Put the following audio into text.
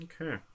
Okay